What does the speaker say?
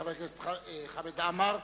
חבר הכנסת חמד עמאר,